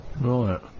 Right